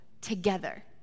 together